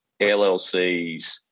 LLCs